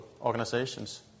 organizations